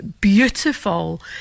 beautiful